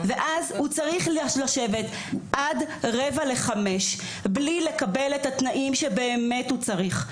ואז הוא צריך לשבת עד 16:45 בלי לקבל את התנאים שבאמת הוא צריך.